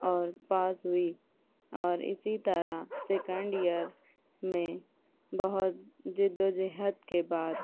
اور پاس ہوئی اور اسی طرح سیکنڈ ایئر میں بہت جدوجہد کے بعد